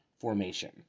formation